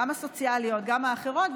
גם הסוציאליות וגם האחרות,